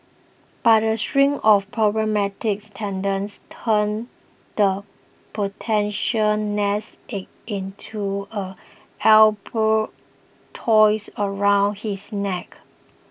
but a string of problematic tenants turned the potential nest egg into a albatross around his neck